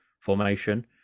formation